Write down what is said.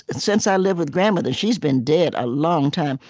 and since i lived with grandmother. she's been dead a long time.